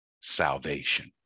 salvation